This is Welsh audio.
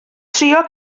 trio